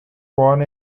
born